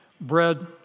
Bread